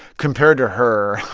compared to her.